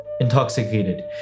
Intoxicated